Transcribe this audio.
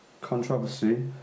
controversy